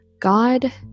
God